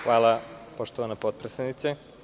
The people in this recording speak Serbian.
Hvala poštovana potpredsednice.